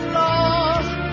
lost